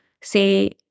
say